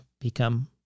become